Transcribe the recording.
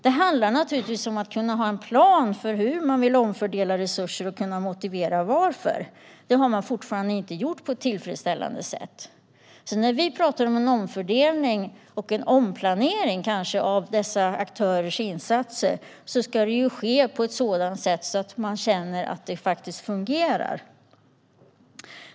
Det handlar naturligtvis om att kunna ha en plan för hur man vill omfördela resurser och kunna motivera varför. Det har man fortfarande inte gjort på ett tillfredsställande sätt. När vi talar om en omfördelning och kanske en omplanering av dessa aktörers insatser ska det ske på ett sådant sätt att de känner att det fungerar.